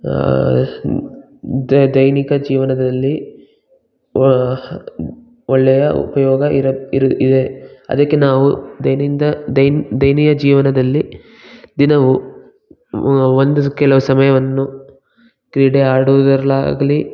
ದೈ ದೈನಿಕ ಜೀವನದಲ್ಲಿ ಒಳ್ಳೆಯ ಉಪಯೋಗ ಇರುತ್ತೆ ಇರು ಇವೆ ಅದಕ್ಕೆ ನಾವು ದೈನಿಂದ ದೈನ್ ದೈನಿಕ ಜೀವನದಲ್ಲಿ ದಿನವೂ ಒಂದು ಕೆಲವು ಸಮಯವನ್ನು ಕ್ರೀಡೆ ಆಡುವುದರಲ್ಲಾಗಲಿ